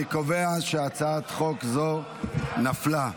אני קובע שהצעת חוק זו נפלה.